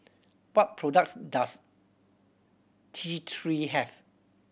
what products does T Three have